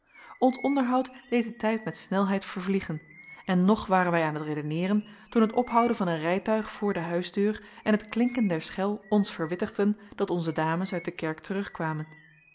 onderhoud deed den tijd met snelheid vervliegen en nog waren wij aan t redeneeren toen het ophouden van een rijtuig voor de huisdeur en het klinken der schel ons verwittigden dat onze dames uit de kerk terugkwamen